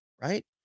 right